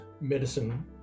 medicine